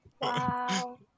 Wow